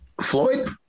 Floyd